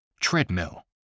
Treadmill